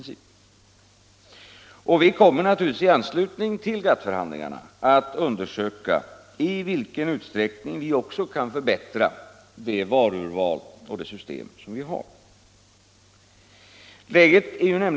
Vi kommer naturligtvis i anslutning till GATT förhandlingarna att undersöka i vilken utsträckning vi också kan förbättra det varuurval och det system vi har.